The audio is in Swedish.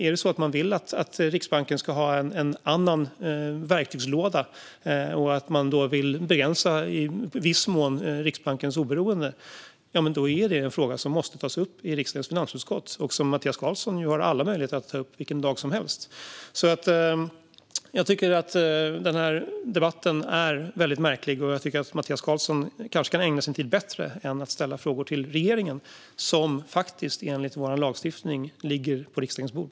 Om man vill att Riksbanken ska ha en annan verktygslåda och om man i viss mån vill begränsa Riksbankens oberoende är det en fråga som måste tas upp i riksdagens finansutskott. Det har Mattias Karlsson alla möjligheter att göra vilken dag som helst. Jag tycker alltså att den här debatten är väldigt märklig. Jag tycker att Mattias Karlsson kanske kan använda sin tid bättre än till att ställa frågor till regeringen som faktiskt enligt vår lagstiftning ligger på riksdagens bord.